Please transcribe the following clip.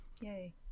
yay